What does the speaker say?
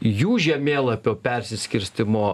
jų žemėlapio persiskirstymo